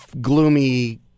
gloomy